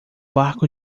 barco